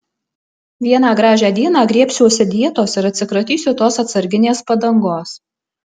vieną gražią dieną griebsiuosi dietos ir atsikratysiu tos atsarginės padangos